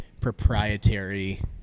proprietary